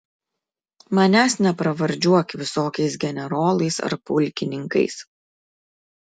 manęs nepravardžiuok visokiais generolais ar pulkininkais